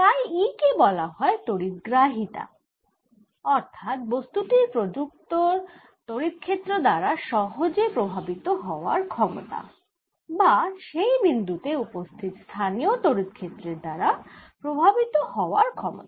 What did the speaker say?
কাই e কে বলা হয় তড়িৎ গ্রাহিতা অর্থাৎ বস্তু টির প্রযুক্ত তড়িৎ ক্ষেত্র দ্বারা সহজে প্রভাবিত হওয়ার ক্ষমতা বা সেই বিন্দু তে উপস্থিত স্থানীয় তড়িৎ ক্ষেত্রের দ্বারা প্রভাবিত হওয়ার ক্ষমতা